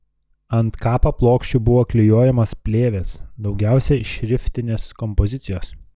ant kapa plokščių buvo klijuojamos plėvės daugiausiai šriftinės kompozicijos